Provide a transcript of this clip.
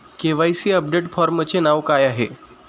KYC update फॉर्मचे नाव काय आहे?